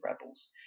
Rebels